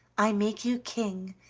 i make you king,